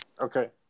Okay